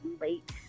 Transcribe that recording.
late